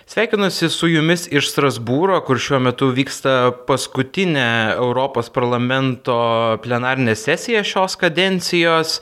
sveikinuosi su jumis iš strasbūro kur šiuo metu vyksta paskutinė europos parlamento plenarinė sesija šios kadencijos